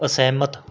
ਅਸਹਿਮਤ